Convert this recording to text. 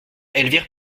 elvire